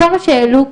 כל מה שהעלו כאן.